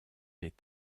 des